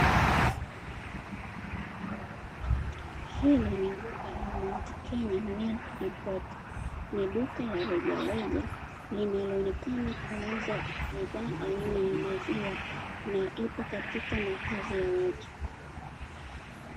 Hili ni duka la "MOUNT KENYA MILK DEPOT". Ni duka la rejareja linaloonekana kuuza bidhaa aina ya maziwa na lipo katika makazi ya watu.